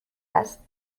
است